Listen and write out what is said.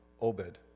Obed